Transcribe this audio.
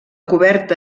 coberta